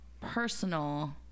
personal